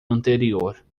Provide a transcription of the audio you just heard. anterior